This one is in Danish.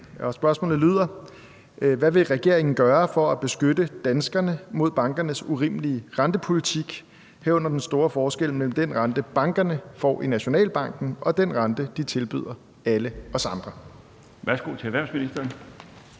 Spørgsmålet lyder: Hvad vil regeringen gøre for at beskytte danskerne mod bankernes urimelige rentepolitik, herunder den store forskel mellem den rente, bankerne får i Nationalbanken, og den rente, de tilbyder alle os andre?